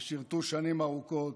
ששירתו שנים ארוכות,